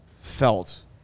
felt